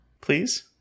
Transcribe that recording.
Please